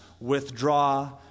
withdraw